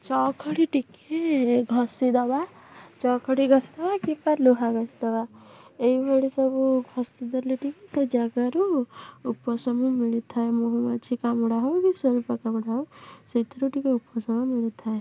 ଚକ୍ ଖଡ଼ି ଟିକିଏ ଘଷି ଦେବା ଚକ୍ ଖଡ଼ି ଘଷି ଦେବା କିମ୍ବା ଲୁହା ଘଷି ଦେବା ଏହିଭଳି ସବୁ ଘଷି ଦେଲେ ଟିକିଏ ସେ ଜାଗାରୁ ଉପଶମ ମିଳିଥାଏ ମହୁମାଛି କାମୁଡ଼ା ହେଉ କି ସ୍ଵରୁପା କାମୁଡ଼ା ହେଉ ସେଥିରୁ ଟିକିଏ ଉପଶମ ମିଳିଥାଏ